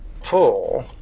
pull